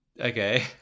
Okay